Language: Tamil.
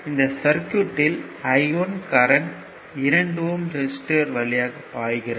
இந்த சர்க்யூட்யில் I1 கரண்ட் 2 ஓம் ரெசிஸ்டர் வழியாக பாய்கிறது